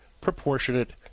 proportionate